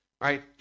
Right